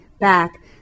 back